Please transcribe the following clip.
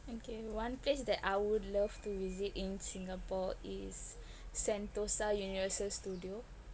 again one place that I would love to visit in singapore is sentosa universal studio